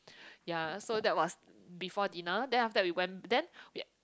ya so that was before dinner then after that we went then